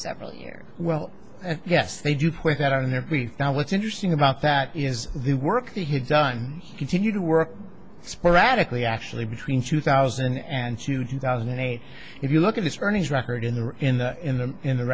several years well yes they do put that on there now what's interesting about that is the work he had done continued to work sporadically actually between two thousand and two two thousand and eight if you look at his earnings record in the in the in the in the